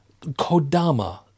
Kodama